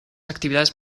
actividades